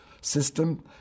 system